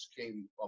came